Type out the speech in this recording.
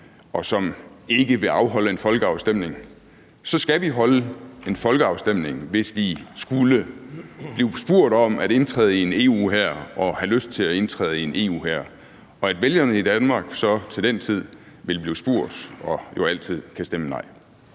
og som ikke vil afholde en folkeafstemning, så skal vi holde en folkeafstemning, hvis vi skulle blive spurgt om at indtræde i en EU-hær og have lyst til at indtræde i en EU-hær, og at vælgerne i Danmark så til den tid vil blive spurgt og jo altid kan stemme nej.